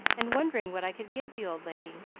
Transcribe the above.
and wondering what i could give the old lady.